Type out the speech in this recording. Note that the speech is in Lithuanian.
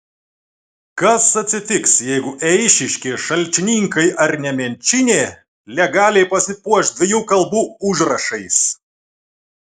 kas atsitiks jeigu eišiškės šalčininkai ar nemenčinė legaliai pasipuoš dviejų kalbų užrašais